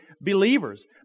believers